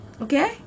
Okay